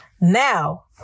Now